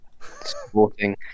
...sporting